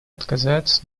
оказать